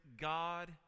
God